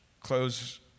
close